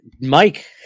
mike